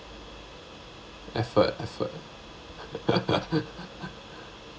effort effort